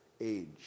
age